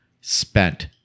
spent